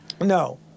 No